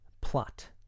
plot